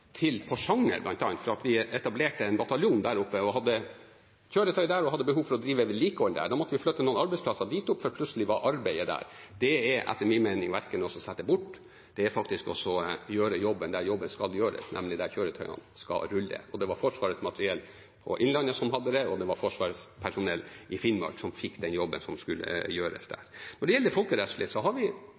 til bl.a. Porsanger, fordi vi etablerte en bataljon der oppe, hadde kjøretøy der og hadde behov for å drive vedlikehold der. Da måtte vi flytte noen arbeidsplasser dit opp, for plutselig var arbeidet der. Det er etter min mening ikke å sette noe bort. Det er å gjøre jobben der jobben skal gjøres, nemlig der kjøretøyene skal rulle. Det var Forsvarsmateriell i Innlandet som hadde det, og det var Forsvarets personell i Finnmark som fikk den jobben som skulle gjøres der. Når det gjelder det folkerettslige, har vi